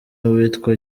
uwitwa